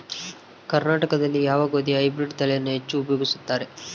ಕರ್ನಾಟಕದಲ್ಲಿ ಯಾವ ಗೋಧಿಯ ಹೈಬ್ರಿಡ್ ತಳಿಯನ್ನು ಹೆಚ್ಚು ಉಪಯೋಗಿಸುತ್ತಾರೆ?